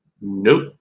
Nope